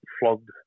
flogged